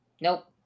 Nope